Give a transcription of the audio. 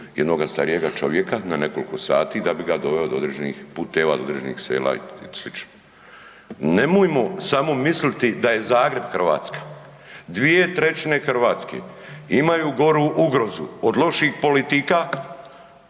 jednoga starijega čovjeka na nekoliko sati da bi ga doveo do određenih puteve, do određenih sela i sl. Nemojmo samo misliti da je Zagreb Hrvatska, 2/3 Hrvatske imaju goru ugrozu od loših politika